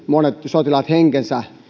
monet sotilaat antoivat henkensä